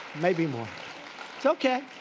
maybe more. it's okay.